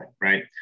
right